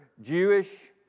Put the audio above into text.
Jewish